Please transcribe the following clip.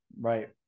Right